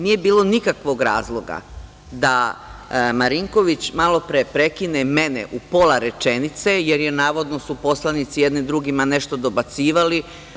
Nije bilo nikakvog razloga da Marinković malopre prekine mene u pola rečenice, jer su navodno poslanici jedni drugima nešto dobacivali.